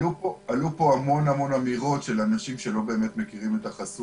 עלו פה המון אמירות של אנשים שלא באמת מכירים את החסות,